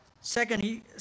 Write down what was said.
Secondly